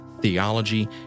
theology